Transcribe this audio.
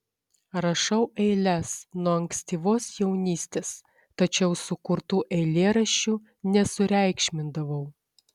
rašau eiles nuo ankstyvos jaunystės tačiau sukurtų eilėraščių nesureikšmindavau